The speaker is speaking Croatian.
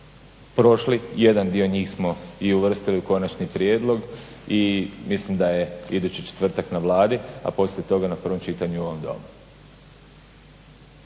prošli, jedan dio njih smo i uvrstili u konačni prijedlog i mislim da je idući četvrtak na Vladi a poslije toga na prvom čitanju u ovom Domu.